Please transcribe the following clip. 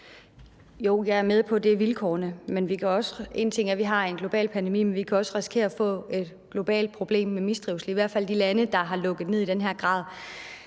Jo, jeg er med på, at det er vilkårene. Men en ting er, at vi har en global pandemi, men vi kan også risikere at få globale problemer med mistrivsel, i hvert fald i de lande der har lukket ned i den her grad.